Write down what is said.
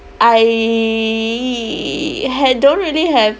I had don't really have